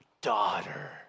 daughter